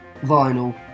vinyl